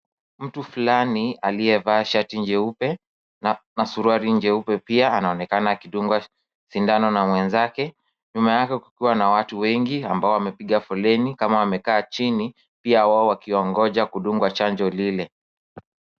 Mtu fulani aliyevaa shati nyeupe na suruali nyeupe pia anaonekana akidungwa sindano na mwenzake nyuma yake ppakiwa na watu wengi ambao wamepiga foleni kama wamekaa chini, pia wao wakingoja kudungwa chanjo ile.